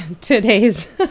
today's